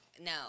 No